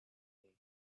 you